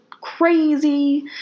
crazy